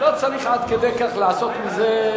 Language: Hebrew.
לא צריך עד כדי כך לעשות מזה,